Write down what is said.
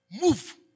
Move